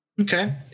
Okay